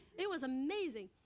it was amazing.